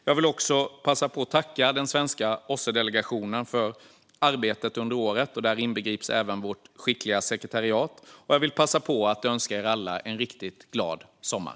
Jag vill också tacka den svenska OSSE-delegationen för arbetet under året. Där inbegrips vårt skickliga sekretariat. Jag vill dessutom passa på att önska er alla en riktigt glad sommar.